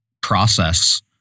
process